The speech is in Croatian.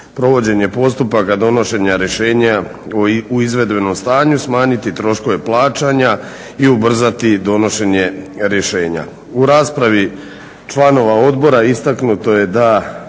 provođenje postupaka donošenja rješenja u izvedbenom stanju, smanjiti troškove plaćanja i ubrzati donošenje rješenja. U raspravi članova odbora istaknuto je da